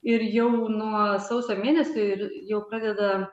ir jau nuo sausio mėnesio ir jau pradeda